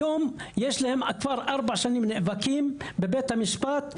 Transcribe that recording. היום הם כבר ארבע שנים נאבקים בבית המשפט.